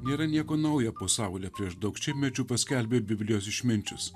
nėra nieko naujo po saule prieš daug šimtmečių paskelbė biblijos išminčius